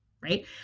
right